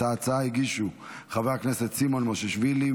את ההצעה הגישו חברי הכנסת סימון מושיאשוילי,